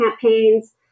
campaigns